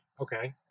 Okay